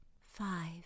Five